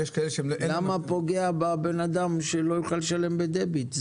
למה לפגוע באדם כך שלא יוכל לשלם בדביט?